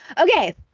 Okay